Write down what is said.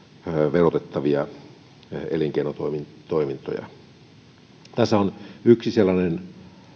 verotettavia elinkeinotoimintoja tässä on yksi sellainen